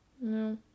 No